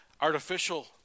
artificial